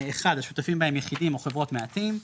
השותפים בה הם יחידים או חברות מעטים,